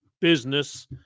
business